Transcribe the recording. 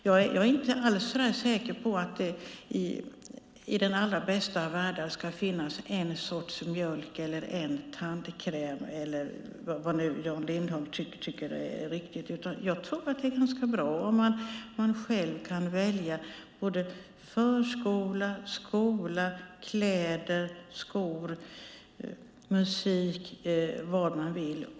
Jag är inte alls så säker på att det i den allra bästa av världar ska finnas en sorts mjölk eller tandkräm eller vad nu Jan Lindholm tycker är riktigt, utan jag tror att det är ganska bra om man själv kan välja förskola, skola, kläder, skor, musik och vad man vill.